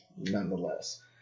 nonetheless